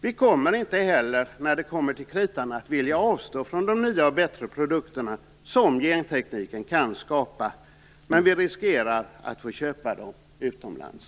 Vi kommer inte heller, när det kommer till kritan, att vilja avstå från de nya och bättre produkter som gentekniken kan skapa. Men vi riskerar att få köpa dem utomlands.